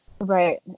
Right